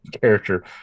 character